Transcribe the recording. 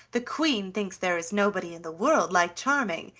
the queen thinks there is nobody in the world like charming.